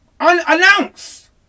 unannounced